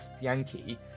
Yankee